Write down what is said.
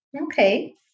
Okay